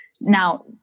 Now